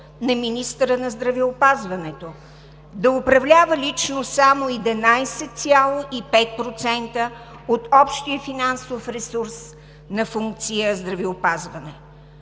на министъра на здравеопазването – да управлява лично само 11,5% от общия финансов ресурс на функция „Здравеопазване“.